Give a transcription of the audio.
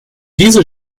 diese